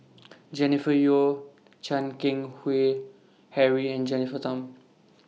Jennifer Yeo Chan Keng Howe Harry and Jennifer Tham